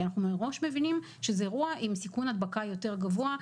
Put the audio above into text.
כי אנחנו מראש מבינים שזה אירוע עם סיכון הדבקה יותר גבוה,